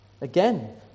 Again